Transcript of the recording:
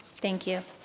thank you.